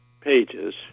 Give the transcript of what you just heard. pages